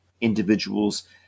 individuals